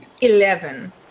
Eleven